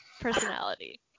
personality